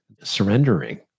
surrendering